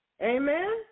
Amen